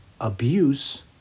abuse